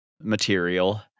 material